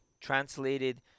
translated